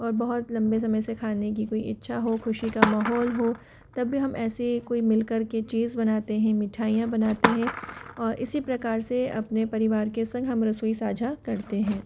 और बहुत लंबे समय से खाने की कोई इच्छा हो खुशी का माहौल हो तब भी हम ऐसे कोई मिलकर के चीज़ बनाते हैं मिठाइयाँ बनाते हैं और इसी प्रकार से अपने परिवार के संग हम रसोई साझा करते हैं